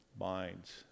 minds